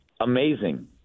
amazing